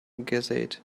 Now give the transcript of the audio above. gazette